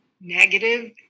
negative